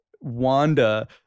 Wanda